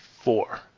four